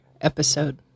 episode